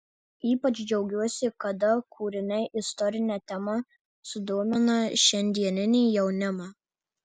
ypač džiaugiuosi kada kūriniai istorine tema sudomina šiandieninį jaunimą